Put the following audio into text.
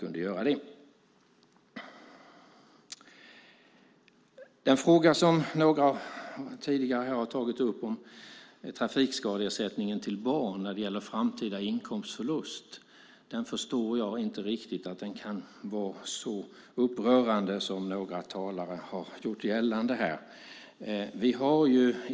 Några har här tidigare tagit upp frågan om trafikskadeersättning till barn när det gäller framtida inkomstförlust. Jag förstår inte riktigt att detta kan vara så upprörande som några talare här gjort gällande.